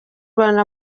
rwanda